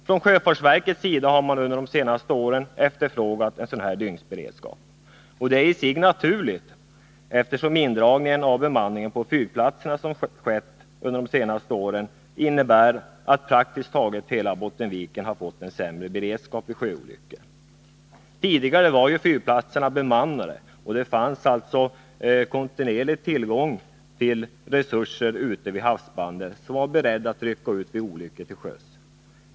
Från sjöfartsverkets sida har man under de senaste åren efterfrågat en sådan här dygnsberedskap. Det är i sig naturligt, eftersom den indragning av bemanningen på fyrplatser som skett under senare år innebär att praktiskt taget hela Bottenviken har fått en sämre beredskap vid sjöolyckor. Tidigare var ju fyrplatserna bemannade, och det fanns kontinuerlig tillgång till resurser ute vid havsbandet, som var beredda att gå ut vid olyckor till sjöss.